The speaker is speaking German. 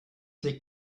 liegt